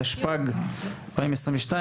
התשפ"ג 2022,